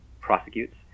prosecutes